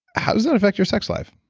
how does that affect your sex life?